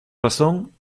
razón